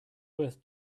worth